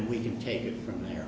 we can take it from here